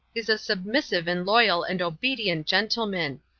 is a submissive and loyal and obedient gentleman.